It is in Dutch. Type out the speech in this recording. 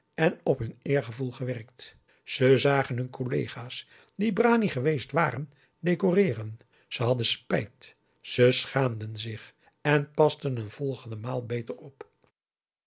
en op hun eergevoel gewerkt ze zagen hun collega's die b r a n i geweest waren decoreeren ze hadden spijt ze schaamden zich en pasten een volgend maal beter op